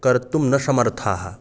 कर्तुं न समर्थाः